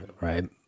right